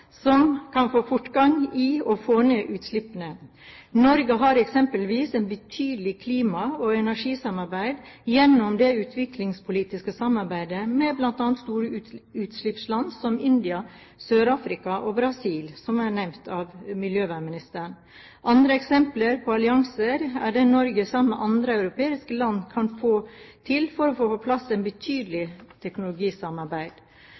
som kan få fortgang i å få ned utslippene. Norge har eksempelvis et betydelig klima- og energisamarbeid gjennom det utviklingspolitiske samarbeidet med bl.a. store utslippsland som India, Sør-Afrika og Brasil, som jo er nevnt av miljøvernministeren. Andre eksempler på allianser er det Norge sammen med andre europeiske land kan få til for å få på plass